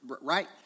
right